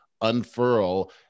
unfurl